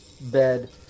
bed